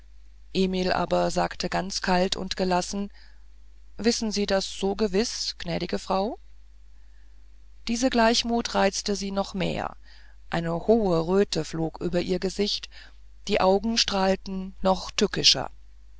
emil aber sagte ganz kalt und gelassen wissen sie das so gewiß gnädige frau diese gleichmut reizte sie noch mehr eine hohe röte flog über ihr gesicht die augen strahlten noch tückischer